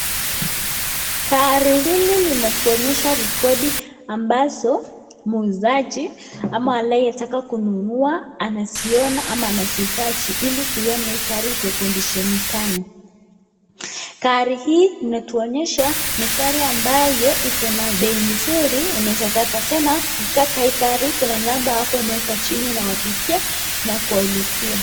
Gari hili limetuonyesha rekodi ambazo muuzaji ama anayetaka kununua anaziona ama anazihitaji ili kuiona hii gari iko condition gani. Gari hii inatuonyesha ni gari ambayo iko na bei nzuri unaweza taka, tena kutaka hii gari, kuna namba hapo imeekwa chini unawapigia na kuwaulizia.